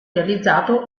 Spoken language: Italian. realizzato